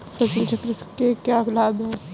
फसल चक्र के क्या लाभ हैं?